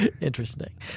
interesting